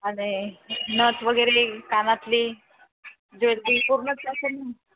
आणि नथ वगैरे कानातले ज्वेलरी पूर्णच्या पूर्ण